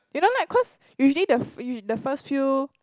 you know like cause usually the f~ the first few